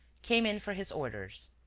came in for his orders.